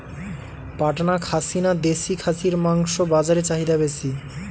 পাটনা খাসি না দেশী খাসির মাংস বাজারে চাহিদা বেশি?